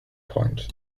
point